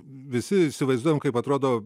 visi įsivaizduojam kaip atrodo